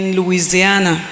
Louisiana